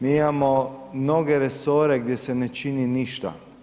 Mi imamo mnoge resore gdje se ne čini ništa.